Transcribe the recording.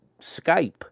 Skype